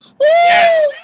Yes